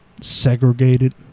segregated